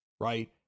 right